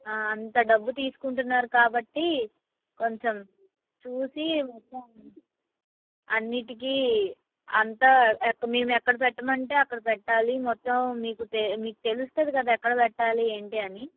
ఆ అంత డబ్బు తీసుకుంటున్నారు కాబట్టి కొంచెం చూసి మొత్తం అన్నింటికి అంతా మేము ఎక్కడ పెట్టమంటే అక్కడ పెట్టాలి మొత్తం మీకు తెలుస్తుంది కదా ఎక్కడ పెట్టాలి ఏంటి అని